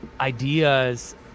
ideas